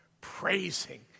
praising